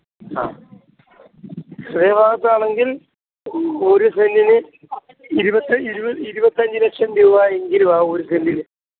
ആഹ് ഹൃദയ ഭാഗത്താണെങ്കില് ഒരു സെന്റിന് ഇരുപത്തഞ്ച് ഇരുപത് ഇരുപത്തഞ്ച് ലക്ഷം രൂപായെങ്കിലും ആവും ഒരു സെന്റിന്